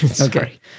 Okay